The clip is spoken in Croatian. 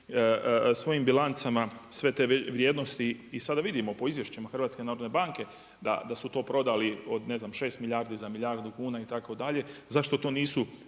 svojim bilancama sve te vrijednosti i sada vidimo po izvješćima HNB-a da su to prodali od ne znam 6 milijardi za milijardu kuna itd. zašto to nisu